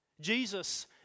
Jesus